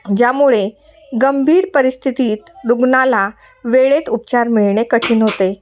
ज्यामुळे गंभीर परिस्थितीत रुग्णाला वेळेत उपचार मिळणे कठीण होते